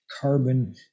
carbon